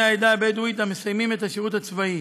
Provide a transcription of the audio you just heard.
העדה הבדואית המסיימים את השירות הצבאי.